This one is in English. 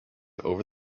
over